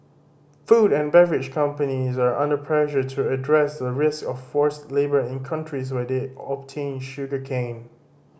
food and beverage companies are under pressure to address the risk of forced labour in countries where they obtain sugarcane